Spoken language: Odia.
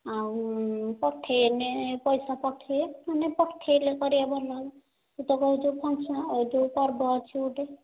ଆଉ ପଠେଇଲେ ପଇସା ପଠେଇଲେ ନହେଲେ ପଠେଇଲେ କରିବା ଭଲ ସେ ତୁ ତ କହୁଛୁ ପଇସା ଆଉ ଏବେ ଯେଉଁ ପର୍ବ ଅଛି ଗୋଟେ